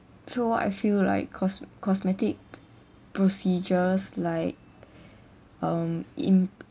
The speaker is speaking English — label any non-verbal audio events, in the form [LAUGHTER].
so I feel like cos~ cosmetic procedures like [BREATH] um